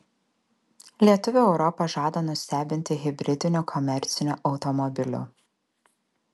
lietuviai europą žada nustebinti hibridiniu komerciniu automobiliu